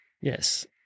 Yes